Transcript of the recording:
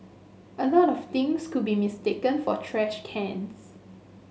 a lot of things could be mistaken for trash cans